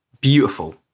beautiful